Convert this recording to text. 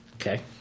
Okay